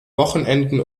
wochenenden